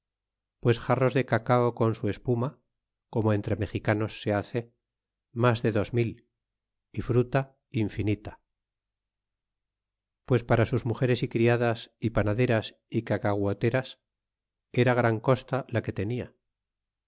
pues jarros de cacao con su espuma como entre mexicanos se hace mas de dos mil y fruta infinita pues para sus mugeres y criadas é panaderas é cacaguoteras era gran costa la que tenia